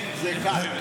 זה קל.